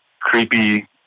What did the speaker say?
creepy